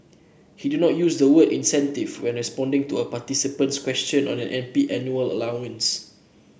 he did not use the word incentives when responding to a participant's question on an MP's annual allowance